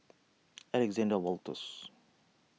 Alexander Wolters